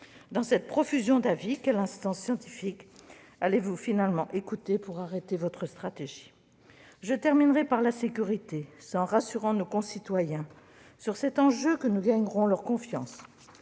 Devant cette profusion d'avis, quelle instance scientifique allez-vous finalement écouter pour arrêter votre stratégie ? Je terminerai par la sécurité : c'est en rassurant nos concitoyens sur cet enjeu que nous gagnerons leur confiance.